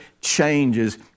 changes